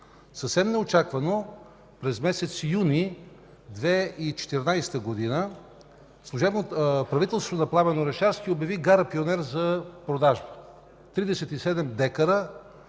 Съвсем неочаквано през месец юни 2014 г. правителството на Пламен Орешарски обяви гара Пионер за продажба. Тридесет